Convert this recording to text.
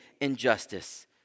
injustice